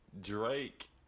Drake